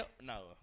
No